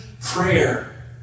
prayer